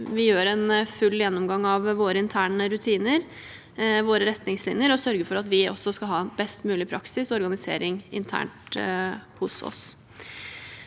vi har en full gjennomgang av våre interne rutiner og retningslinjer, for å sørge for at vi har best mulig praksis og organisering internt hos oss.